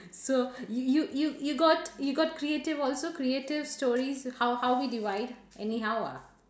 so you you you you got you got creative also creative stories how how we divide anyhow ah